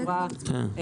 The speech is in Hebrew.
כן.